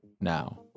now